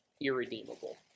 irredeemable